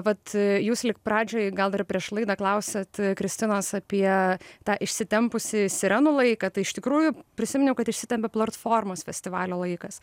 vat jūs lyg pradžioj gal ir prieš laidą klausėt kristinos apie tą išsitempusį sirenų laiką tai iš tikrųjų prisiminiau kad išsitempė platformos festivalio laikas